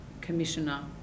Commissioner